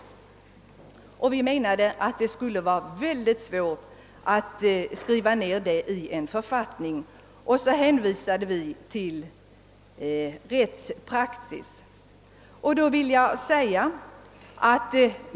Vi menade och menar att det skulle vara mycket svårt att fastställa regler för detta i en författning och vi hänvisade i stället till rättspraxis som finns på området.